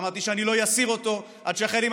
ואמרתי שאני לא אסיר אותו עד שהחיילים